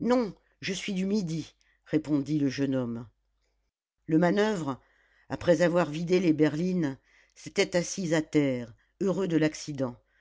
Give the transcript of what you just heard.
non je suis du midi répondit le jeune homme le manoeuvre après avoir vidé les berlines s'était assis à terre heureux de l'accident